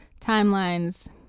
timelines